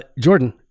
Jordan